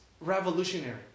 revolutionary